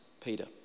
Peter